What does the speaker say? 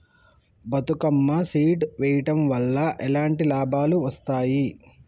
Bathukamma seed వెయ్యడం వల్ల ఎలాంటి లాభాలు వస్తాయి?